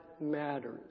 matters